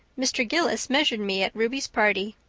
mr. gillis measured me at ruby's party.